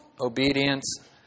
obedience